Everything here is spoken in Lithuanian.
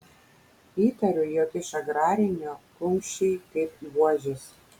įtariu jog iš agrarinio kumščiai kaip buožės